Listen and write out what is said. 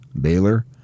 Baylor